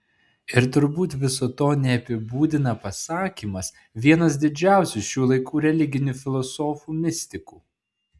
ir turbūt viso to neapibūdina pasakymas vienas didžiausių šių laikų religinių filosofų mistikų